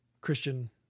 Christian